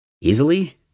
easily